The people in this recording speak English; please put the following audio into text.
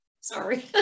sorry